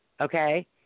Okay